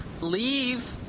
leave